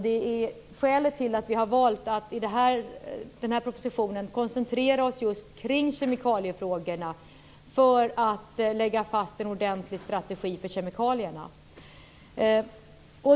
Det är skälet till att vi har valt att i den här propositionen koncentrera oss just på kemikaliefrågorna, för att lägga fast en ordentlig strategi för kemikalierna.